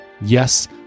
yes